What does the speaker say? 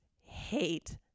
hate